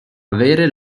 avere